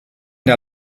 der